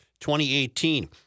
2018